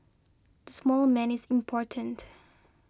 the small man is important